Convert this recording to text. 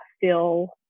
feel